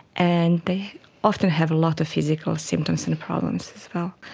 and they often have a lot of physical symptoms and problems as well.